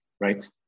right